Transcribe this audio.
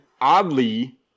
oddly